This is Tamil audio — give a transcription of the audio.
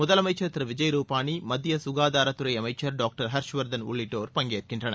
முதலமைச்சா் திரு விஜய்ருபானி மத்திய சுகாதாரத்துறை அமைச்சா் டாங்டா் ஹர்ஷ்வா்தன் உள்ளிட்டோா் பங்கேற்கின்றனர்